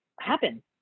happen